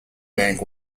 bank